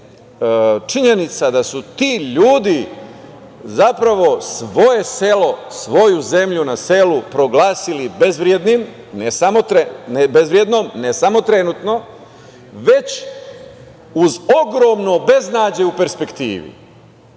činjenica da su ti ljudi zapravo svoje selo, svoju zemlju na selu proglasili bezvrednom, ne samo trenutno, već uz ogromno beznađe u perspektivi. Dakle,